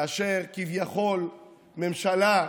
כאשר כביכול ממשלה,